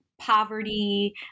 poverty